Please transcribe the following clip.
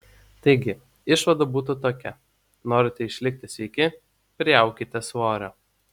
taigi išvada būtų tokia norite išlikti sveiki priaukite svorio